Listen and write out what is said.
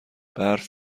برف